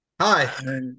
Hi